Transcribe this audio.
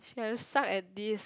!shit! I suck at this